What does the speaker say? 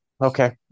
okay